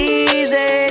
easy